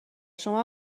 شما